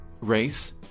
race